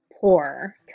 poor